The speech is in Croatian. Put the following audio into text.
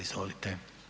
Izvolite.